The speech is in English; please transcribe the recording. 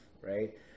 right